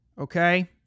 Okay